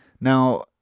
Now